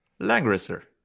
Langrisser